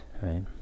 right